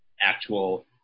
actual